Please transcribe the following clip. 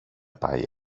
πάει